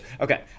Okay